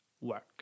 Work